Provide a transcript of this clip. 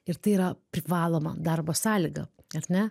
ir tai yra privaloma darbo sąlyga ar ne